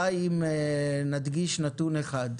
די אם נדגיש נתון אחד,